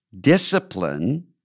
discipline